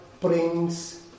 brings